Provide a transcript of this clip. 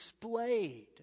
displayed